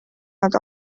nad